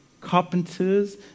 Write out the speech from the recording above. carpenters